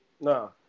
No